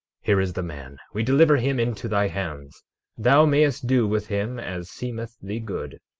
here is the man, we deliver him into thy hands thou mayest do with him as seemeth thee good.